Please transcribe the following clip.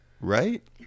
Right